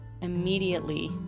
immediately